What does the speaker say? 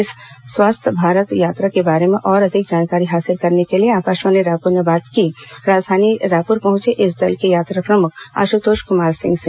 इस स्वस्थ भारत यात्रा के बारे में और अधिक जानकारी हासिल करने के लिए आकाशवाणी समाचार ने बात की राजधानी रायपुर पहुंचे इस दल के यात्रा प्रमुख आश्तोष कुमार सिंह से